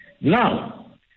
Now